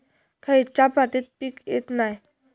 खयच्या मातीत पीक येत नाय?